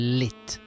lit